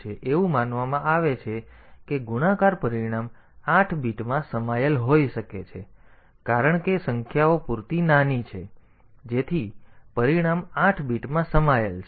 તેથી એવું માનવામાં આવે છે કે ગુણાકાર પરિણામ 8 bit માં સમાયેલ હોઈ શકે છે કારણ કે સંખ્યાઓ પૂરતી નાની છે જેથી પરિણામ 8 bit માં સમાયેલ છે